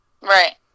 Right